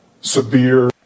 severe